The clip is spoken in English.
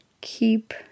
keep